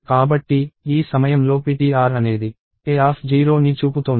కాబట్టి ఈ సమయంలో ptr అనేది a0 ని చూపుతోంది